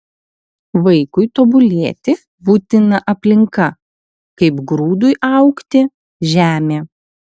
vaikui tobulėti būtina aplinka kaip grūdui augti žemė